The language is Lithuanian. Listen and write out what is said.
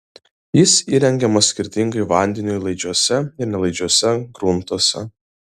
jis įrengiamas skirtingai vandeniui laidžiuose ir nelaidžiuose gruntuose